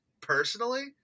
personally